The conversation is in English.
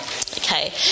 Okay